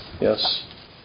Yes